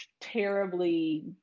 terribly